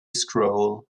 scroll